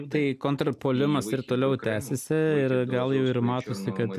tai kontrpuolimas ir toliau tęsiasi ir gal jau ir matosi kad